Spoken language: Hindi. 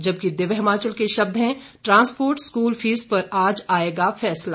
जबकि दिव्य हिमाचल के शब्द हैं ट्रांसपोर्ट स्कूल फीस पर आज आएगा फैसला